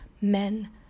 men